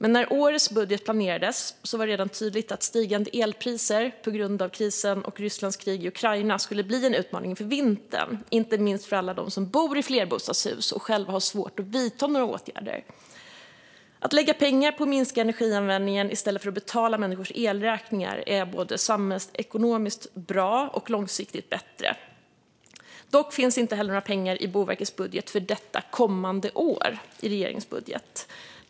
När årets budget planerades var det redan tydligt att stigande elpriser på grund av krisen och Rysslands krig i Ukraina skulle bli en utmaning under vintern, inte minst för alla dem som bor i flerbostadshus och själva har svårt att vidta några åtgärder. Att lägga pengar på att minska energianvändningen i stället för att betala människors elräkningar är både samhällsekonomiskt bra och långsiktigt bättre. Dock finns inte heller några pengar till Boverkets budget för detta kommande år i regeringens budget.